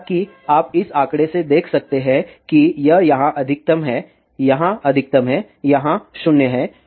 जैसा कि आप इस आंकड़े से देख सकते हैं कि यह यहाँ अधिकतम है यहाँ अधिकतम है यहाँ 0 है